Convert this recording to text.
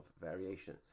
variation